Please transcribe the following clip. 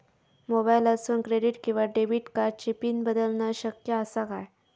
मोबाईलातसून क्रेडिट किवा डेबिट कार्डची पिन बदलना शक्य आसा काय?